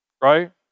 right